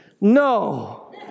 No